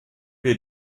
wir